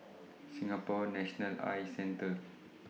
Singapore National Eye Centre